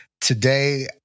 Today